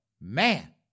man